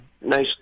Nice